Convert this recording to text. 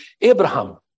Abraham